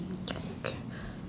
okay okay